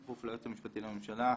בכפוף ליועץ המשפטי לממשלה,